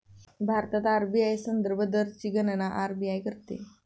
भारतात आर.बी.आय संदर्भ दरची गणना आर.बी.आय करते